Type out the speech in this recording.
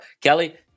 Kelly